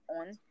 on